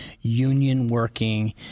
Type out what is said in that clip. union-working